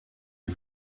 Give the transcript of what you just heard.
die